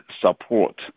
support